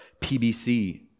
PBC